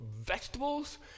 vegetables